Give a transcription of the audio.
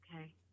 Okay